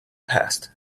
passed